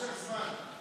מושך זמן.